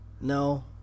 No